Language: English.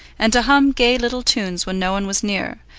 and to hum gay little tunes when no one was near,